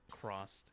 crossed